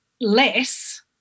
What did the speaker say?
less